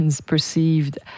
perceived